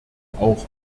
auch